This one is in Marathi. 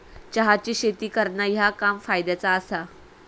चहाची शेती करणा ह्या काम फायद्याचा आसा